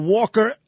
Walker